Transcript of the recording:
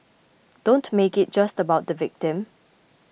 don't make it just about the victim